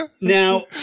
Now